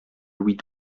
louis